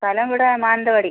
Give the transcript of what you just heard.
സ്ഥലം ഇവിടെ മാനന്തവാടി